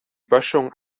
böschung